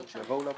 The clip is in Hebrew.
סליחה.